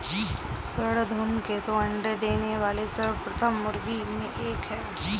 स्वर्ण धूमकेतु अंडे देने वाली सर्वश्रेष्ठ मुर्गियों में एक है